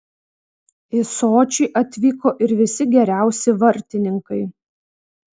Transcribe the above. į sočį atvyko ir visi geriausi vartininkai